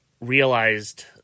realized